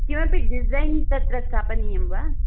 किमपि डिसैन् तत्र स्थापनीयं वा